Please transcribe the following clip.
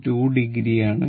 2 o ആണ്